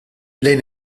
lejn